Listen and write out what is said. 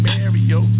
Mario